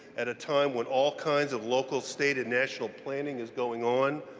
at a time when all kinds of local, state, and national planning is going on?